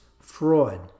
fraud